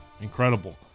incredible